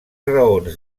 raons